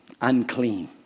Unclean